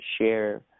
share